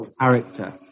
character